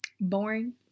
boring